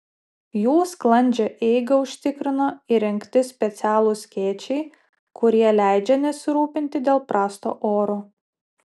jų sklandžią eigą užtikrino įrengti specialūs skėčiai kurie leidžia nesirūpinti dėl prasto oro